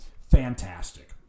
Fantastic